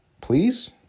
Please